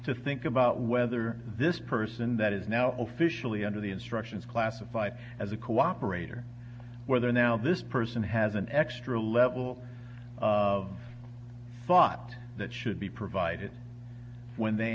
to think about whether this person that is now officially under the instruction is classified as a cooperator whether now this person has an extra level of thought that should be provided when they